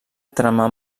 trama